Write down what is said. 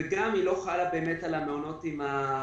צריך להוציא את ההנחיה לגבי מעונות היום.